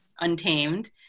Untamed